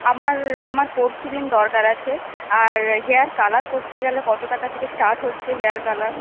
আমার আমার পরশু দিন দরকার আছে আর হেয়ার কালার করতে গেলে কত টাকা থেকে স্টার্ট হচ্ছে হেয়ার কালার